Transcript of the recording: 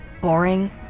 boring